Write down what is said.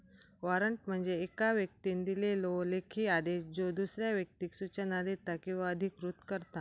warrant म्हणजे येका व्यक्तीन दिलेलो लेखी आदेश ज्यो दुसऱ्या व्यक्तीक सूचना देता किंवा अधिकृत करता